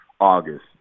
August